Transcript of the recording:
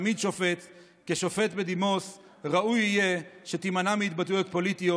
תמיד שופט" כשופט בדימוס ראוי יהיה שתימנע מהתבטאויות פוליטיות.